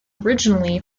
originally